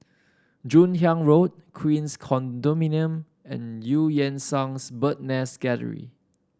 Joon Hiang Road Queens Condominium and Eu Yan Sang 's Bird Nest Gallery